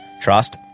trust